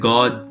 God